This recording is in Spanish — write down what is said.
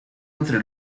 entre